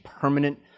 permanent